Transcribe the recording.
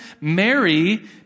Mary